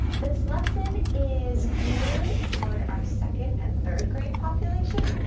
this lesson is geared toward our second and third grade population,